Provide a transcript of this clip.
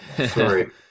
Sorry